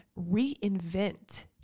Reinvent